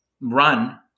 run